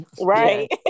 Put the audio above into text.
Right